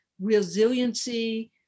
resiliency